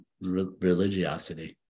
religiosity